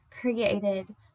created